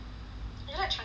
you like chunky kind ah